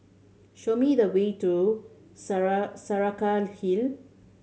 show me the way to Saraca Hill